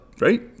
right